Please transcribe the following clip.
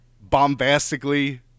bombastically